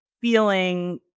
feeling